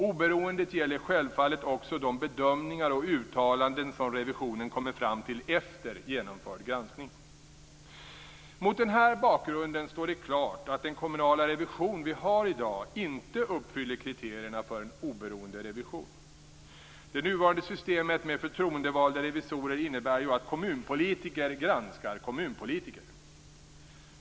Oberoendet gäller självfallet också de bedömningar och uttalanden som revisionen kommer fram till efter genomförd granskning. Mot den här bakgrunden står det klart att den kommunala revision som vi har i dag inte uppfyller kriterierna för en oberoende revision. Det nuvarande systemet med förtroendevalda revisorer innebär ju att kommunpolitiker granskar kommunpolitiker.